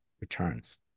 returns